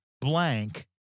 blank